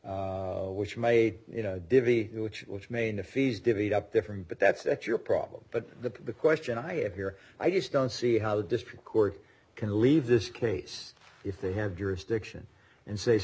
m which made you know divvy which which main the fees divvied up different but that's it your problem but the question i have here i just don't see how the district court can leave this case if they have jurisdiction and say